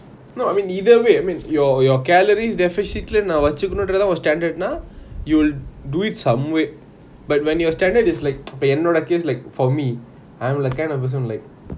no I mean either way I mean your your calories deficit lah வெச்சிகினும் றது தான் உன்னோட:vechikinum rathu thaan unoda standard நா:na you'll do it some way but when your standard is like இப்போ என்னோட:ipo ennoda case lah like for me I'm the kind of person like